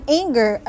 anger